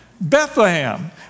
Bethlehem